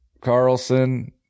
Carlson